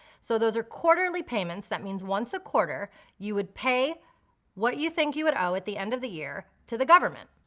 so those are quarterly payments, so that means once a quarter you would pay what you think you would owe at the end of the year to the government.